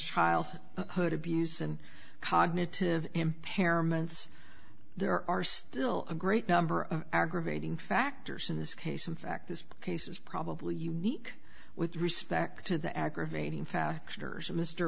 hood abuse and cognitive impairments there are still a great number of aggravating factors in this case in fact this case is probably unique with respect to the aggravating